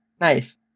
Nice